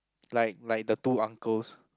like like the two uncles